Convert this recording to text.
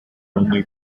only